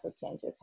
changes